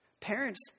Parents